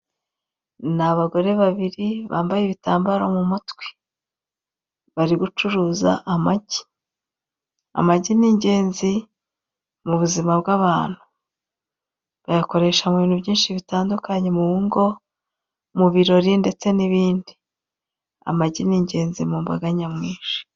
Ni abagore babiri, bambaye ibitambaro mu mutwe. Bari gucuruza amagi. Amagi ni ingenzi mu buzima bw'abantu. Bayakoresha mu bintu byinshi bitandukanye; mu ngo, mu birori, ndetse n'ibindi. Amagi ni ingenzi mu mbaga nyamwinshi.